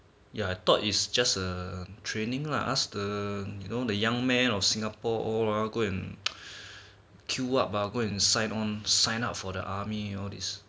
ya I thought is just a training lah ask the you know the young man of singapore all ah go and queue up ah sign on sign up for the army all this